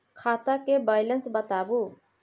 खाता के बैलेंस बताबू?